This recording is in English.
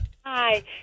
Hi